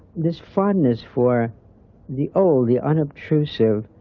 this fondness for the old, the unobtrusive,